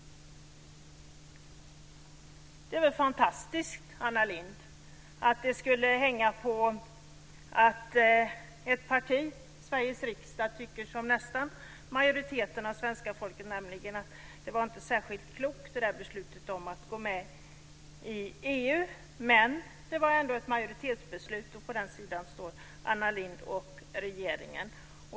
Det är väl fantastiskt, Anna Lindh, att detta skulle hänga på att ett parti i Sveriges riksdag tycker som nästan majoriteten av svenska folket, nämligen att det där beslutet om att gå med i EU inte var särskilt klokt. Men det var ändå ett majoritetsbeslut, och på den sidan står Anna Lindh och regeringen.